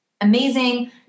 amazing